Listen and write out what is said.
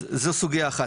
אז זו סוגיה אחת.